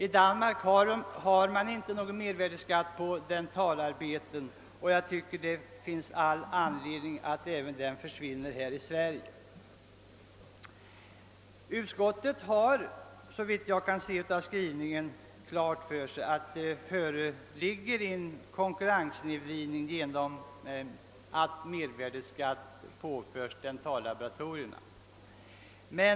I Danmark utgår inte någon mervärdeskatt på dentalarbeten, och jag tycker att det finns all anledning att vi gör på samma sätt här i Sverige. Utskottet har, såvitt jag kan se av skrivningen, klart för sig att det uppkommer en konkurrenssnedvridning genom att skatt påförs dentallaboratoriernas produkter.